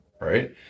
right